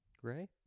Gray